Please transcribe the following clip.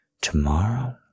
tomorrow